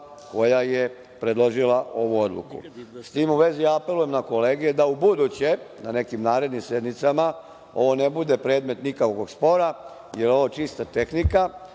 koja je predložila ovu odluku.S tim u vezi, apelujem na kolege da ubuduće na nekim narednim sednicama ovo ne bude predmet nikakvog spora, jer je ovo čista tehnika,